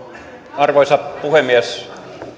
arvoisa puhemies